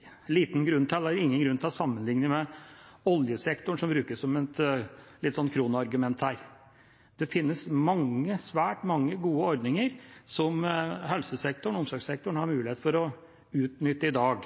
ingen grunn til å sammenlikne med oljesektoren, som brukes som et kronargument her. Det finnes svært mange gode ordninger som helse- og omsorgssektoren har mulighet til å utnytte i dag.